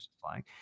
flying